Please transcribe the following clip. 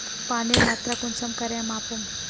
पानीर मात्रा कुंसम करे मापुम?